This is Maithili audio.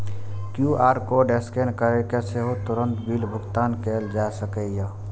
क्यू.आर कोड स्कैन करि कें सेहो तुरंत बिल भुगतान कैल जा सकैए